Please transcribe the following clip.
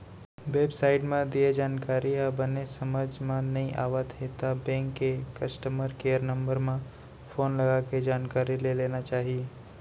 web site म दिये जानकारी ह बने समझ म नइ आवत हे त बेंक के कस्टमर केयर नंबर म फोन लगाके जानकारी ले लेना चाही